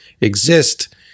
exist